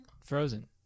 Frozen